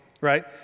right